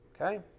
Okay